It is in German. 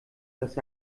dass